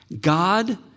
God